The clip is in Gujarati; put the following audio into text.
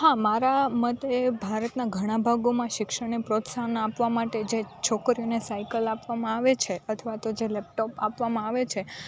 હા મારા મતે ભારતના ઘણા ભાગોમાં શિક્ષણને પ્રોત્સાહન આપવા માટે જે છોકરીઓને સાયકલ આપવામાં આવે છે અથવા તો જે લેપટોપ આપવામાં આવે છે